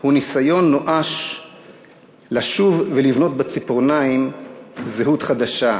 הוא ניסיון נואש לשוב ולבנות בציפורניים זהות חדשה.